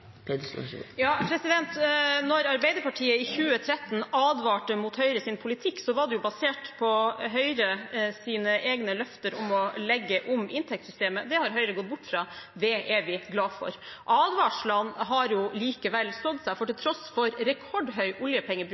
Arbeiderpartiet i 2013 advarte mot Høyres politikk, var det basert på Høyres egne løfter om å legge om inntektssystemet. Det har Høyre gått bort fra. Det er vi glade for. Advarslene har likevel stått seg, for til tross for rekordhøy oljepengebruk